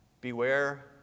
Beware